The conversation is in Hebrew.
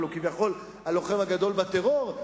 אבל הוא כביכול הלוחם הגדול בטרור.